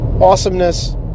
awesomeness